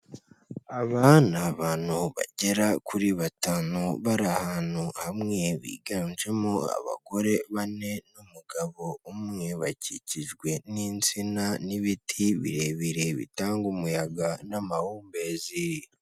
Aba ni abantu bagera kuri batanu bari ahantu hamwe biganjemo abagore bane n'umugabo umwe, bakikijwe n'insina n'ibiti birebire bitanga umuyaga n'amahumbezi.